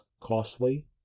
costly